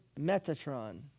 Metatron